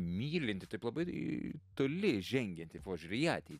mylintį taip labai toli žengiantį požiūrį į atei